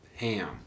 Ham